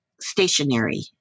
stationary